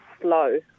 slow